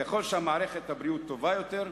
ככל שמערכת הבריאות טובה יותר,